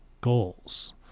goals